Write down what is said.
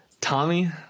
Tommy